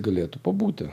galėtų pabūti